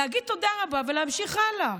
להגיד תודה רבה ולהמשיך הלאה.